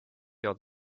your